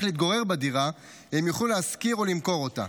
להתגורר בדירה הם יוכלו להשכיר או למכור אותה,